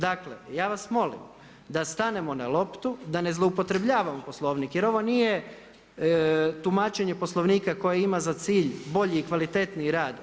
Dakle, ja vas molim da stanemo na loptu, da ne zloupotrebljavamo Poslovnik jer ovo nije tumačenje Poslovnika koji ima za cilj bolji i kvalitetniji rad.